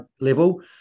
level